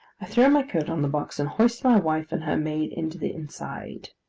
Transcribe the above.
throw my coat on the box, and hoist my wife and her maid into the inside.